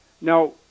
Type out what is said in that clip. Now